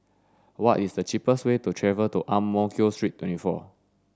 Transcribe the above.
what is the cheapest way to Ang Mo Kio Street twenty four